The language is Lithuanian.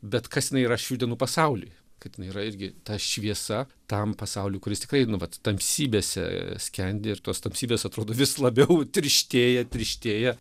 bet kas jinai yra šių dienų pasauliui kad jinai yra irgi ta šviesa tam pasauliui kuris tikrai nu vat tamsybėse skendi ir tos tamsybės atrodo vis labiau tirštėja tirštėja